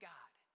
God